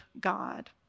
God